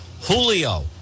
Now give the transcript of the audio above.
Julio